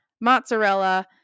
mozzarella